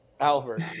Albert